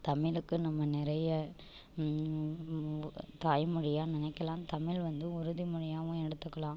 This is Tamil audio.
தமிழுக்கு நம்ம நிறைய தாய் மொழியாக நினைக்கலாம் தமிழ் வந்து உறுதி மொழியாகவும் எடுத்துக்கலாம்